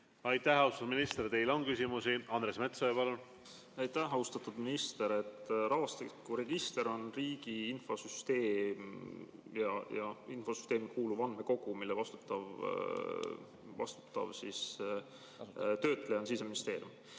Aitäh, austatud minister! Teile on küsimusi. Andres Metsoja, palun! Aitäh! Austatud minister! Rahvastikuregister on riigi infosüsteemi kuuluv andmekogu, mille vastutav töötleja on Siseministeerium.